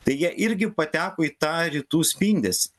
tai jie irgi pateko į tą rytų spindesį